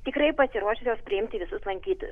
tikrai pasiruošusios priimti visus lankytojus